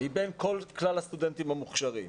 מבין כל כלל הסטודנטים המוכשרים.